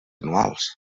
anuals